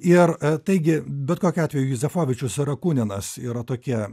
ir taigi bet kokiu atveju juzefovičius ir akuninas yra tokie